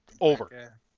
over